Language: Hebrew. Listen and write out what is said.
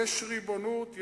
יש ריבונות,